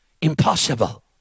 Impossible